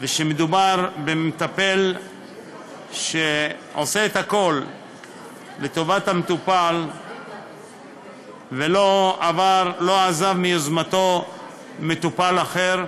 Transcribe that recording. ושמדובר במטפל שעושה את הכול לטובת המטופל ולא עזב מיוזמתו מטופל אחר,